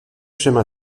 chemins